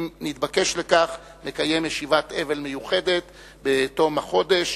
אם נתבקש לכך, נקיים ישיבת אבל מיוחדת בתום החודש,